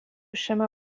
šiame